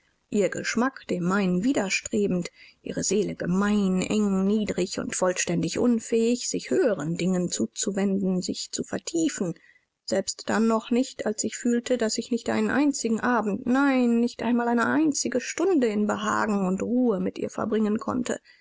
ihr geschmack dem meinen widerstrebend ihre seele gemein eng niedrig und vollständig unfähig sich höheren dingen zuzuwenden sich zu vertiefen selbst dann noch nicht als ich fühlte daß ich nicht einen einzigen abend nein nicht einmal eine einzige stunde in behagen und ruhe mit ihr verbringen konnte